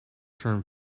term